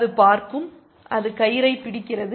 அது பார்க்கும் அது கயிறை பிடிக்கிறது